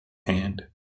hand